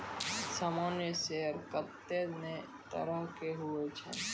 सामान्य शेयर कत्ते ने तरह के हुवै छै